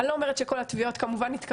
אני לא אומרת שכל התביעות התקבלו,